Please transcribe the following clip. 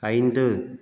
ஐந்து